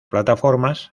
plataformas